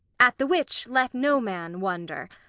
at the which let no man wonder.